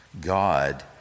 God